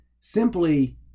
Simply